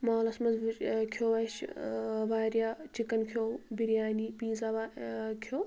مالس منٛز وُچھ اں کھیٛو اسہِ ٲں واریاہ چِکن کھیٛو بِریانی پیٖزا وا ٲں کھیٛو